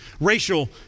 racial